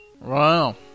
Wow